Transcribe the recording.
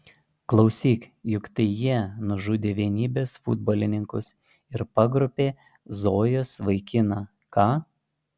klausyk juk tai jie nužudė vienybės futbolininkus ir pagrobė zojos vaikiną ką